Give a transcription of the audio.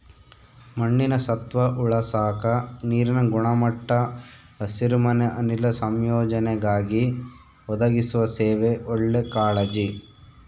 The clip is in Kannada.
ಮಣ್ಣಿನ ಸತ್ವ ಉಳಸಾಕ ನೀರಿನ ಗುಣಮಟ್ಟ ಹಸಿರುಮನೆ ಅನಿಲ ಸಂಯೋಜನೆಗಾಗಿ ಒದಗಿಸುವ ಸೇವೆ ಒಳ್ಳೆ ಕಾಳಜಿ